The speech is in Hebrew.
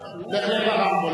מעבר לאמירה החשובה,